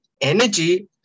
energy